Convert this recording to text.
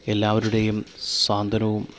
എല്ലാവരുടെയും സ്വാന്ത്വനവും